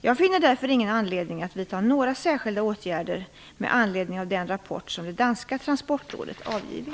Jag finner därför ingen anledning att vidta några särskilda åtgärder med anledning av den rapport som det danska transportrådet avgivit.